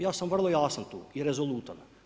Ja sam vrlo jasan tu i rezolutan.